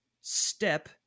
step